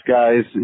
guys